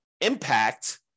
impact